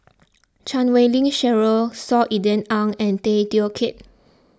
Chan Wei Ling Cheryl Saw Ean Ang and Tay Teow Kiat